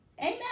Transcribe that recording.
Amen